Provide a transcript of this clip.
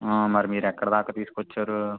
మరి మీరు ఎక్కడ దాకా తీసుకొచ్చారు